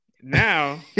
Now